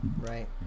Right